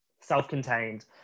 Self-contained